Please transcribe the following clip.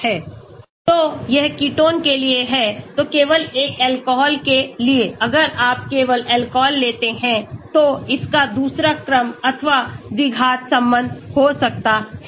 log1C 0869 log P 1242 तो यह ketone के लिए है तो केवल एक अल्कोहल के लिएअगर आप केवल अल्कोहल लेते हैं तो इसका दूसरा क्रम अथवा द्विघात संबंध हो सकता है